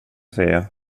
säga